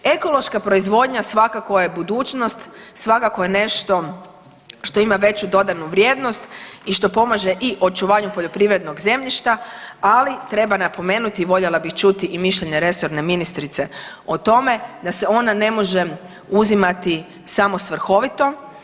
Ekološka proizvodnja svakako je budućnost, svakako je nešto što ima veću dodanu vrijednost i što pomaže očuvanju poljoprivrednog zemljišta, ali treba napomenuti voljela bih čuti i mišljenje resorne ministrice o tome da se ona ne može uzimati samo svrhovito.